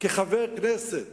כחבר כנסת